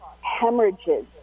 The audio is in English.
hemorrhages